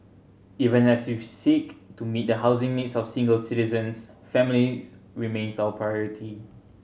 even as we seek to meet the housing needs of single citizens families remains our priority